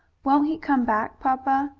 won't he come back, papa?